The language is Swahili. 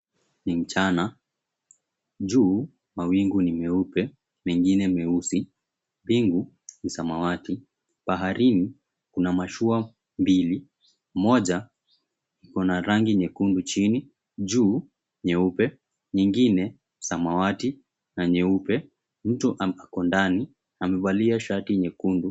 Ni mchana juu mawingu ni meupe, mengine meusi, mbingu ni samawati. Baharini kuna mashua mbili, moja iko na rangi nyekundu chini, juu nyeupe, nyingine samawati na nyeupe. Mtu ako ndani amevalia shati nyekundu.